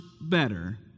better